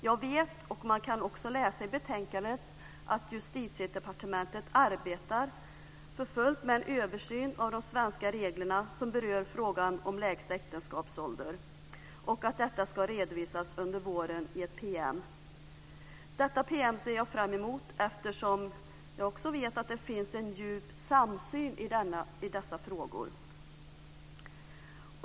Jag vet, och man kan också läsa i betänkandet, att Justitiedepartementet arbetar för fullt med en översyn av de svenska reglerna som berör frågan om lägsta äktenskapsålder och att detta ska redovisas under våren i en PM. Denna PM ser jag fram emot, eftersom jag också vet att det finns en djup samsyn i dessa frågor.